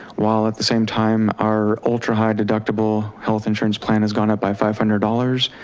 while at the same time our ultra-high deductible health insurance plan has gone up by five hundred dollars,